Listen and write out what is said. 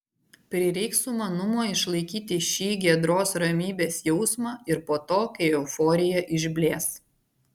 prireiks sumanumo išlaikyti šį giedros ramybės jausmą ir po to kai euforija išblės